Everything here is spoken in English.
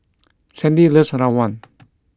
Sandy loves rawon